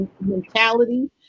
mentality